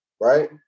right